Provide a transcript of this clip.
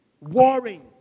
warring